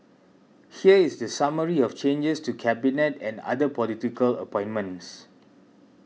here is the summary of changes to Cabinet and other political appointments